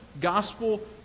gospel